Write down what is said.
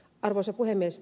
arvoisa puhemies